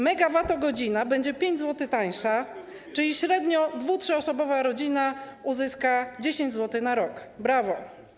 Megawatogodzina będzie 5 zł tańsza, czyli średnio 2-, 3-osobowa rodzina uzyska 10 zł na rok. Brawo.